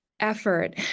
effort